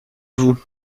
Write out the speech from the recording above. vous